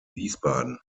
wiesbaden